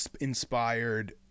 inspired